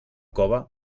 cove